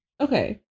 Okay